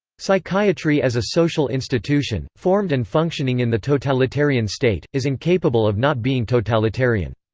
psychiatry as a social institution, formed and functioning in the totalitarian state, is incapable of not being totalitarian.